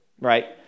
right